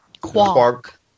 Quark